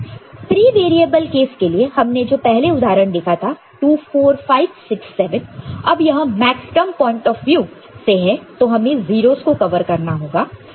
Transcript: तो 3 variable case के लिए हमने जो पहले उदाहरण देखा था 2 4 5 6 7 अब यह मैक्सटर्म पॉइंट ऑफ व्यू से है तो हमें 0's को कवर करना होगा